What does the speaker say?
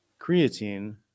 creatine